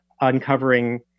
uncovering